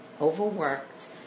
overworked